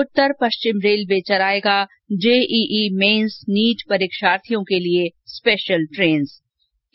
उत्तर पश्चिम रेलवे चलाएगा JEE mains NEET परीक्षार्थियों के लिए स्पेशल ट्रेनें